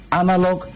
analog